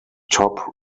top